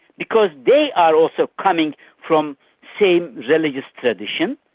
because they are also coming from same religious tradition,